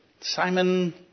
Simon